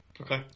Okay